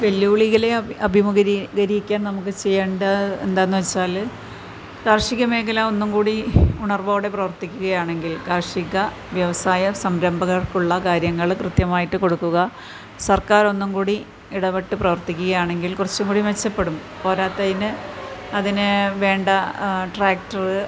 വെല്ലുവിളികളെ അഭിമുഖീകരിക്കാൻ നമുക്ക് ചെയ്യേണ്ടത് എന്താന്ന് വെച്ചാൽ കാർഷിക മേഖല ഒന്നും കൂടി ഉണർവോടെ പ്രവർത്തിക്കുകയാണെങ്കിൽ കാർഷിക വ്യവസായ സംരംഭകർക്കുള്ള കാര്യങ്ങൾ കൃത്യമായിട്ട് കൊടുക്കുക സർക്കാർ ഒന്നും കൂടി ഇടപെട്ട് പ്രവർത്തിക്കുകയാണെങ്കിൽ കുറച്ചുംകൂടി മെച്ചപ്പെടും പോരാത്തതിന് അതിനു വേണ്ട ട്രാക്ടറ്